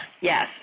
Yes